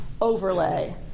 overlay